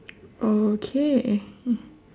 okay